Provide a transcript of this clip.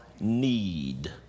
need